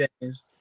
days